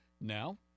Now